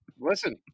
listen